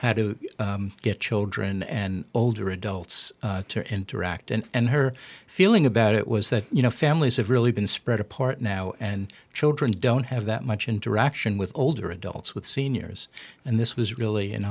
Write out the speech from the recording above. to get children and older adults to interact and her feeling about it was that you know families have really been spread apart now and children don't have that much interaction with older adults with seniors and this was really an